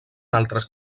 altres